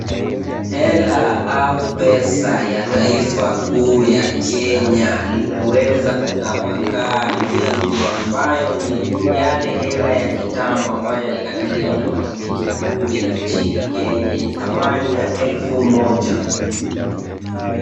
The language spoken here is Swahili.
Hela au pesa ya taifa kuu ya Kenya limeweza kutapakaa twingi ambayo ni yale hela ya kitambo ambayo yalikataliwa na benki kuu ya nchini Kenya yenye thamani ya elfu moja.